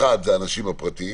הראשון, האנשים הפרטיים,